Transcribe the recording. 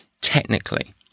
technically